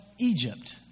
Egypt